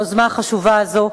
על היוזמה החשובה הזאת,